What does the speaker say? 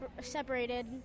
separated